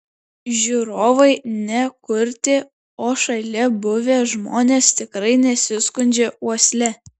žiūrovai ne kurti o šalia buvę žmonės tikrai nesiskundžia uosle